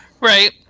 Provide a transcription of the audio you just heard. Right